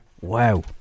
Wow